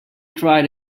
tried